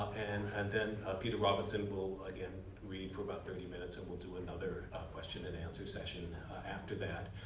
and and then peter robinson will again read for about thirty minutes and we'll do another question-and-answer session after that.